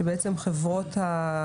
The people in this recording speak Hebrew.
שבעצם אנשים מתקשים להשיג את חברות התעופה,